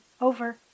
Over